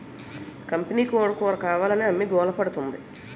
కంపినీకోడీ కూరకావాలని అమ్మి గోలపెడతాంది